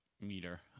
Meter